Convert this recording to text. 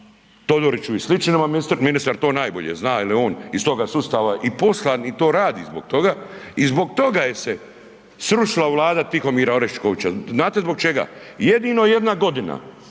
Todoriću i sličnima, ministar to najbolje zna jel je on iz toga sustava i poslan i to radi zbog toga. I zbog toga je se srušila vlada Tihomira Oreškovića, znate zbog čega? Jedino jedna godina